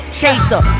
chaser